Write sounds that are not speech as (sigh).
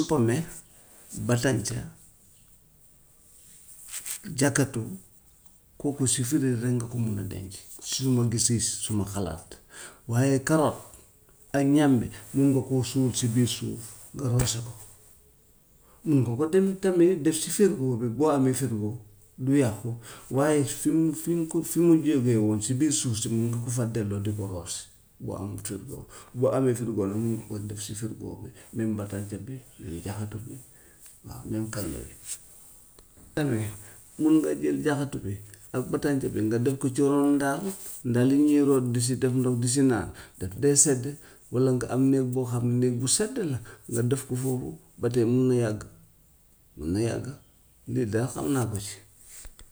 Supame, batanse, (noise) jakatu kooku si fridge rek nga ko mun a denc suma gis-gis- suma xalaat, waaye karoot ak ñàmbi mun nga koo suul si biir (noise) suuf, nga roose ko, mun nga ko dem tamit def si frigo bi boo amee frigo du yàqu. Waaye fi mu fi mu ko fi mu jógewoon si biir suuf si mun nga ko faa tegle di ko roose boo amut frigo, boo amee frigo nag (noise) mun nga ko si def si frigo bi même batanse, muy jaxato bi, waa muy (noise) kanja bi. (noise) Kanja mun nga jël jaxatu bi ak batanse bi nga def ko ci ron ndaal, (noise) ndaal yi ñuy root di si def ndox di si naan daf dee sedd, walla nga am néeg boo xam ne néeg bu sedd la nga def ko foofu ba tey mun na yàgg, mun na yàgg, lii daal xam naa ko si.